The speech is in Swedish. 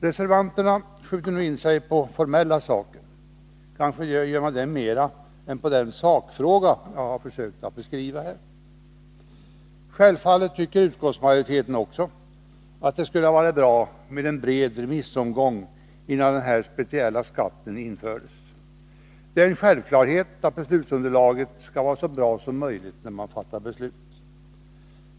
Reservanterna skjuter nu in sig mer på formella saker än på den sakfråga jag har försökt att beskriva här. Självfallet tycker också utskottsmajoriteten att det skulle ha varit bra med en bred remissomgång innan den här speciella skatten infördes. Det är en självklarhet att beslutsunderlaget skall vara så bra som möjligt när man fattar beslut.